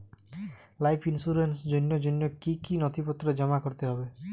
Life ইন্সুরেন্সর জন্য জন্য কি কি নথিপত্র জমা করতে হবে?